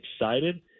excited